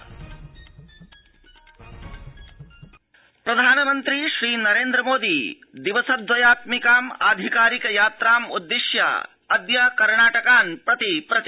कर्णाटक प्रधानमन्त्री प्रधानमन्त्री श्रीनरेन्द्र मोदी दिवस द्वयात्मिकाम् आधिकारिक यात्राम् उद्दिश्य अद्य कर्णाटकान् प्रयाति